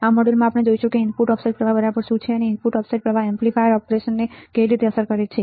આ મોડ્યુલ આપણે જોઈશું કે ઇનપુટ ઓફસેટ પ્રવાહ બરાબર શું છે અને ઇનપુટ ઓફસેટ પ્રવાહ એમ્પ્લીફાયર ઓપરેશનને કેવી રીતે અસર કરે છે